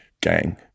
gang